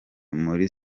muri